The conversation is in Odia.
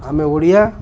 ଆମେ ଓଡ଼ିଆ